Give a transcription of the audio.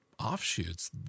Offshoots